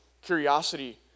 Curiosity